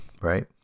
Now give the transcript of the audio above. right